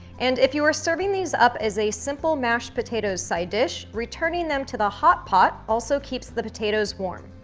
and if you are serving these up as a simple mashed potatoes side dish, returning them to the hot pot also keeps the potatoes warm.